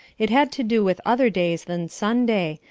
it had to do with other days than sunday,